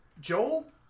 Joel